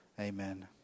Amen